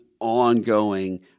ongoing